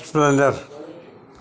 splendor